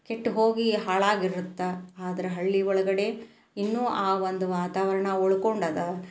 ಕೆಟ್ಟು ಹೋಗಿ ಹಾಳಾಗಿರುತ್ತೆ ಆದ್ರೆ ಹಳ್ಳಿ ಒಳಗಡೆ ಇನ್ನು ಆ ಒಂದು ವಾತಾವರಣ ಉಳ್ಕೊಂಡದೆ